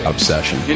Obsession